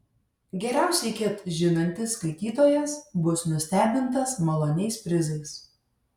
geriausiai ket žinantis skaitytojas bus nustebintas maloniais prizais